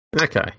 Okay